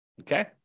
okay